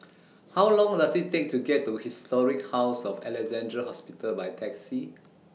How Long Does IT Take to get to Historic House of Alexandra Hospital By Taxi